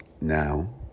Now